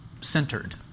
centered